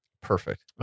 Perfect